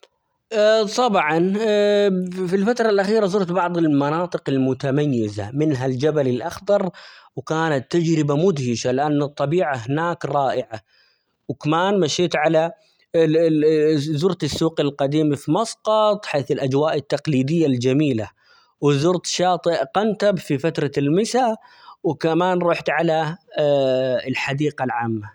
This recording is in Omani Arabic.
طبعًا في الفترة الأخيرة زرت بعض المناطق المتميزة منها الجبل الأخضر، وكانت تجربة مدهشة لأن الطبيعة هناك رائعة ،وكمان مشيت على زرت السوق القديم في مسقط حيث الأجواء التقليدية الجميلة ،وزرت شاطئ قنتب في فترة المساء ،وكمان رحت على الحديقة العامة.